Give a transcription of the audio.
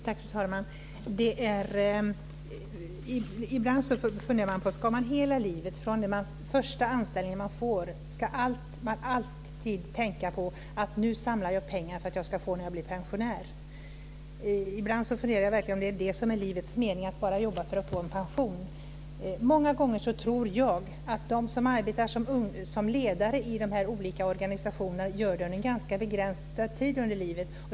Fru talman! Ibland funderar jag om man hela livet från den första anställningen alltid ska tänka på att man samlar pengar för att få när man blir pensionär. Ibland funderar jag om det verkligen är livets mening att bara jobba för att få en pension. Jag tror att många av dem som arbetar som ledare i de här olika organisationerna gör det under en ganska begränsad tid i livet.